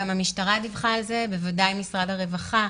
גם המשטרה דיווחה על זה, בוודאי משרד הרווחה.